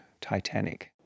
Titanic